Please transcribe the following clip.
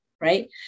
right